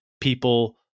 people